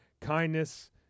kindness